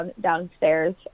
downstairs